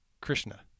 Krishna